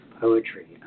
poetry